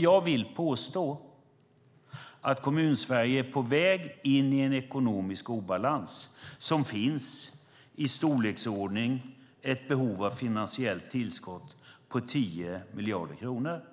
Jag vill påstå att Kommunsverige är på väg in i en ekonomisk obalans. Det finns ett behov av finansiellt tillskott på 10 miljarder kronor.